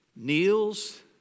kneels